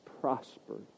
prospered